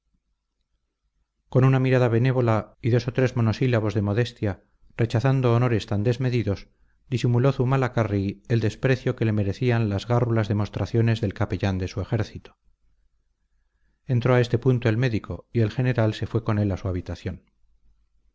con una mirada benévola y dos o tres monosílabos de modestia rechazando honores tan desmedidos disimuló zumalacárregui el desprecio que le merecían las gárrulas demostraciones del capellán de su ejército entró a este punto el médico y el general se fue con él a su habitación